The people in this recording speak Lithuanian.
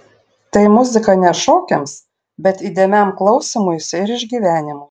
tai muzika ne šokiams bet įdėmiam klausymuisi ir išgyvenimui